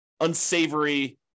unsavory